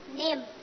name